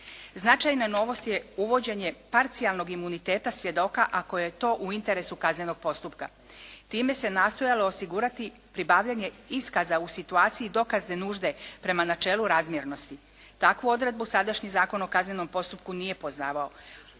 Značajna novost je uvođenje parcijalnog imuniteta svjedoka ako je to u interesu kaznenog postupka. Time se nastojalo osigurati pribavljanje iskaza u situaciji dokazne nužde prema načelu razmjernosti. Takvu odredbu sadašnji Zakon o kaznenom postupku nije poznavao.